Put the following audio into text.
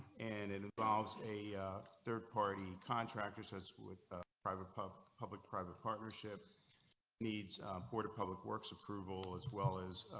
and it involves a third party contractor sets with private pub public private partnership needs board of public works approval as well as.